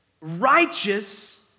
righteous